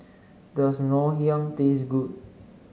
does Ngoh Hiang taste good